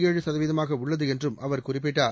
ஏழு சதவீதமாக உள்ளது என்றும் அவர் குறிப்பிட்டார்